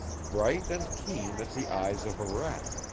bright and keen as the eyes of a rat,